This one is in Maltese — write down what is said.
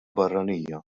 barranija